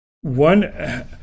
one